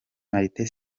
martin